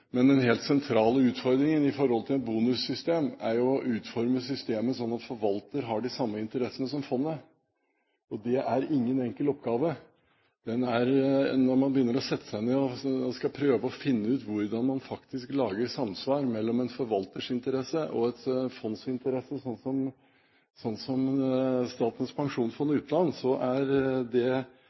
Men den helt sentrale utfordringen i forhold til et bonussystem er jo å utforme systemet slik at forvalter har de samme interessene som fondet, og det er ingen enkel oppgave. Når man setter seg ned og skal prøve å finne ut hvordan man faktisk lager samsvar mellom en forvalters interesse og et fonds interesse, slik som Statens pensjonsfond utland, er det